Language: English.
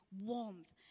warmth